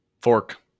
Fork